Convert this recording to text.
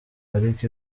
ariko